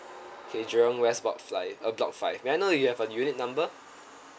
okay jurong west block fly uh block five may I know if you have a unit number